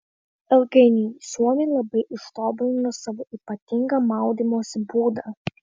ilgainiui suomiai labai ištobulino savo ypatingą maudymosi būdą